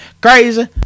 Crazy